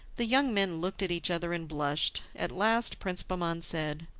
the young men looked at each other and blushed. at last prince bahman said,